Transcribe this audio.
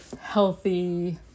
healthy